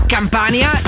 Campania